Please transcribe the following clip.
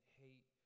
hate